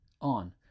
on